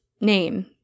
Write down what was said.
name